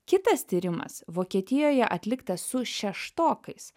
kitas tyrimas vokietijoje atliktas su šeštokais